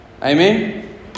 Amen